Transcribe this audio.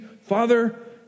Father